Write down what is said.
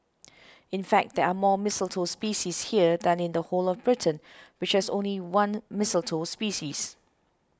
in fact there are more mistletoe species here than in the whole of Britain which has only one mistletoe species